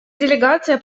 делегация